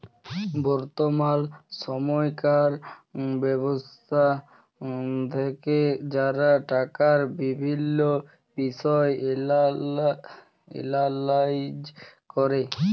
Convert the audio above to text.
বর্তমাল সময়কার ব্যবস্থা দ্যাখে যারা টাকার বিভিল্ল্য বিষয় এলালাইজ ক্যরে